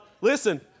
Listen